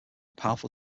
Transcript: powerful